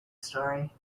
story